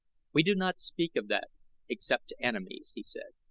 we do not speak of that except to enemies, he said,